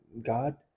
God